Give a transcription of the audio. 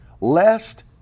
lest